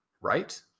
right